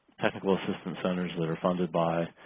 technical assistance centers that are funded by